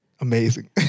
Amazing